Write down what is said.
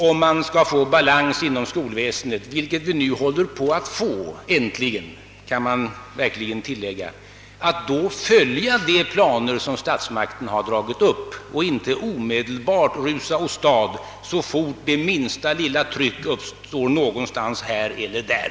Om vi skall få balans inom skolväsendet, vilket vi nu håller på att få — äntligen, kan man verkligen tillägga — är det nödvändigt att följa de riktlinjer som statsmakterna dragit upp och inte rusa åstad så fort det minsta lilla tryck uppstår här eller där.